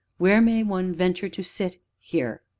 where may one venture to sit here?